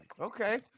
Okay